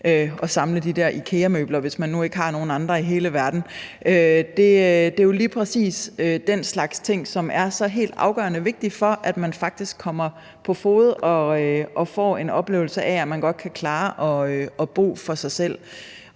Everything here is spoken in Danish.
de der IKEA-møbler, hvis man nu ikke har nogen andre i hele verden. Det er jo lige præcis den slags ting, som er helt afgørende vigtige for, at man faktisk kommer på fode og får en oplevelse af, at man godt kan klare at bo for sig selv.